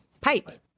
pipe